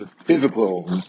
physical